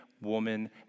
woman